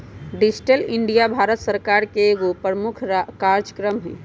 digital India Bharat सरकार का एगो प्रमुख काजक्रम हइ